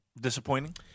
Disappointing